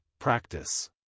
Practice